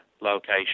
location